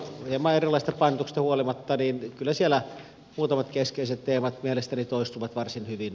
hieman erilaisista painotuksista huolimatta kyllä siellä muutamat keskeiset teemat mielestäni toistuvat varsin hyvin